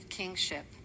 kingship